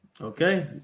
Okay